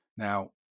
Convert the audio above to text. Now